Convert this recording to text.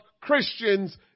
Christians